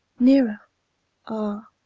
nearer ah!